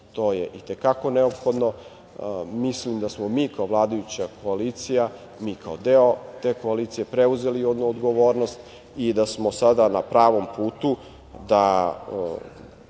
To je i te kako neophodno. Mislim da smo mi kao vladajuća koalicija, mi kao deo te koalicije preuzeli jednu odgovornost i da smo sada na pravom putu da